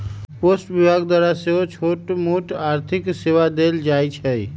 post विभाग द्वारा सेहो छोटमोट आर्थिक सेवा देल जाइ छइ